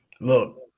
Look